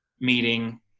meeting